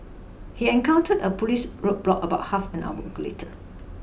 he encountered a police roadblock about half an hour go later